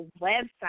website